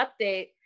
update